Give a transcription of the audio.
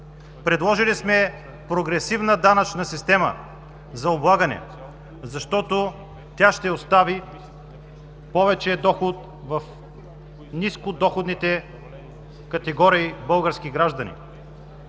Предложили сме прогресивна данъчна система за облагане, защото тя ще остави повече доход в ниско доходните категории български граждани.